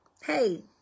hey